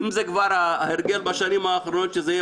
אם זה כבר הרגל בשנים האחרונות שזה יהיה